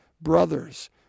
brothers